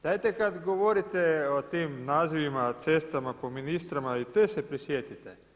Dajte kada govorite o tim nazivima cestama po ministrima i te se prisjetite.